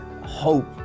hope